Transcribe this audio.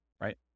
right